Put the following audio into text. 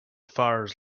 fires